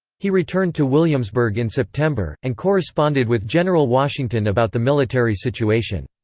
he returned to williamsburg in september, and corresponded with general washington about the military situation.